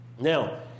now